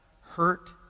hurt